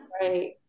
Right